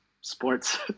sports